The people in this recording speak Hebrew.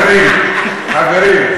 חברים,